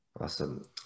awesome